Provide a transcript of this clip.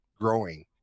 growing